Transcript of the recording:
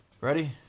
Ready